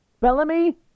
Bellamy